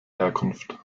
herkunft